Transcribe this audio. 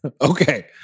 Okay